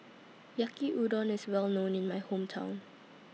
Yaki Udon IS Well known in My Hometown